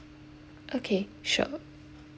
okay sure